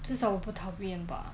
至少我不讨厌吧